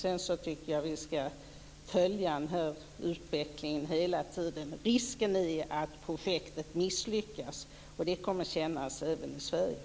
Sedan skall vi följa utvecklingen. Risken är att projektet misslyckas, och det kommer att kännas även i Sverige.